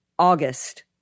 August